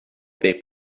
they